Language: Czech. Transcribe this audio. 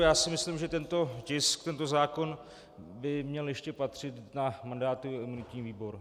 Já si myslím, že tento tisk, tento zákon by měl ještě patřit na mandátový a imunitní výbor.